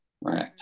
right